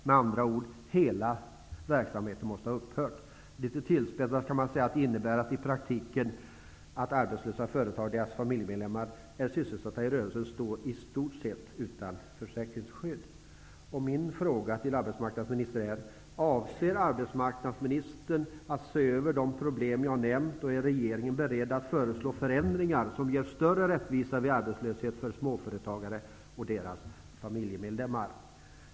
Med andra ord: hela verksamheten måste ha upphört. Litet tillspetsat kan man säga att detta innebär i praktiken att arbetslösa företagare och deras familjemedlemmar som är sysselsatta i rörelsen i stort sett står utan försäkringsskydd. Avser arbetsmarknadsministern att se över de problem som jag nämnt, och är regeringen beredd att föreslå förändringar som ger större rättvisa vid arbetslöshet för småföretagare och deras familjemedlemmar?